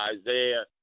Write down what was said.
Isaiah